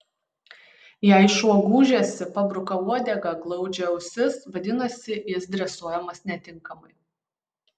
jei šuo gūžiasi pabruka uodegą glaudžia ausis vadinasi jis dresuojamas netinkamai